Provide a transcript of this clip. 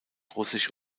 russisch